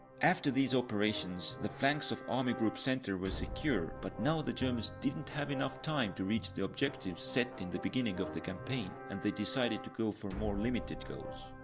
after these operations, the flanks of army group center were secure, but now the germans didn't have enough time to reach the objectives set in the beginning of the campaign and they decided to go for more limited goals.